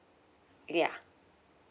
ya